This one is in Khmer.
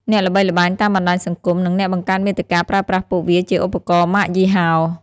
អ្នកល្បីល្បាញតាមបណ្ដាញសង្គម និងអ្នកបង្កើតមាតិកាប្រើប្រាស់ពួកវាជាឧបករណ៍ម៉ាកយីហោ។